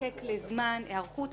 תזדקק לזמן היערכות.